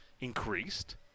increased